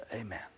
Amen